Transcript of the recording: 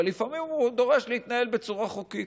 אבל לפעמים הוא דורש להתנהל בצורה חוקית.